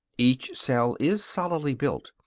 each cell is solidly built,